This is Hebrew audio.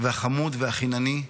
והחמוד והחינני,